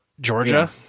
Georgia